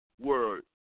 word